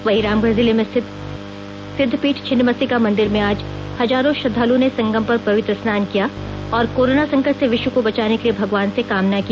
वहीं रामगढ़ जिले में स्थित सिद्ध पीठ छिन्नमस्तिका मंदिर में आज हजारों श्रद्धालुओं ने संगम पर पवित्र स्नान किया और करोना संकट से विश्व को बचाने के लिए भगवान से कामना की